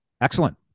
Excellent